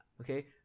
okay